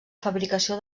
fabricació